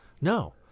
No